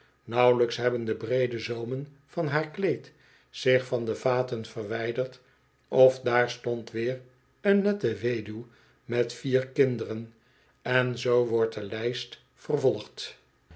nauwelijks nebben de breede zoomen van haar kleed zich van de vaten verwilderd of daar stond weer een nette weduw met vier kinderen en zoo wordt de lijst vervolgd